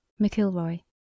McIlroy